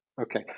Okay